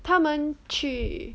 他们去